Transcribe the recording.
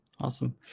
Awesome